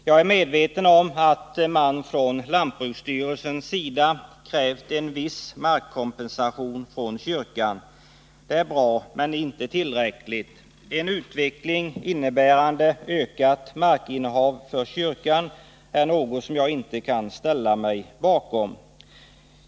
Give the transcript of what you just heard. Jag är medveten om att lantbruksstyrelsen har krävt en viss markkompensation från kyrkan. Det är bra men inte tillräckligt. En utveckling innebärande ökat markinnehav för kyrkan är något som jag inte kan ställa mig bakom.